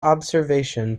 observation